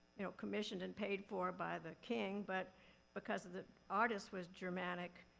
you know, commissioned and paid for by the king. but because of the artist was germanic,